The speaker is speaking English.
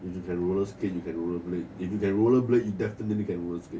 if you can rollerskate you can rollerblade if you can rollerblade you definitely you can rollerskate